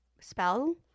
spell